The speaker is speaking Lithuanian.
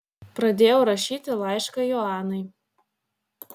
pradėjau rašyti laišką joanai